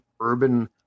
Urban